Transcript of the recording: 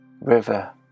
river